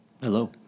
Hello